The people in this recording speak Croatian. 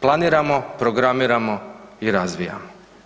planiramo, programiramo i razvijamo.